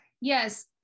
Yes